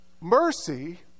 Mercy